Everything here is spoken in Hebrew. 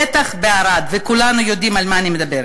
בטח בערד, וכולנו יודעים על מה אני מדברת.